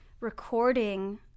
recording